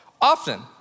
Often